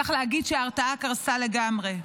צריך להגיד שההרתעה קרסה לגמרי,